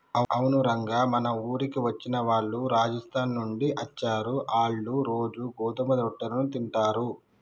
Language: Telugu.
అవును రంగ మన ఊరికి వచ్చిన వాళ్ళు రాజస్థాన్ నుండి అచ్చారు, ఆళ్ళ్ళు రోజూ గోధుమ రొట్టెలను తింటారు